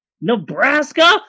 Nebraska